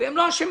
והם לא אשמים.